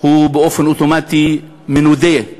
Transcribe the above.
הוא באופן אוטומטי מנודה,